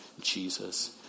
Jesus